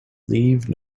leave